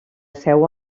seu